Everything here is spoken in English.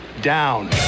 down